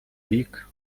рік